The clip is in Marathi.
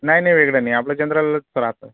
नाही नाही वेगळं नाही आपलं जनरलच राहतं